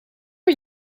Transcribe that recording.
her